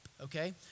okay